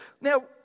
Now